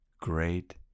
great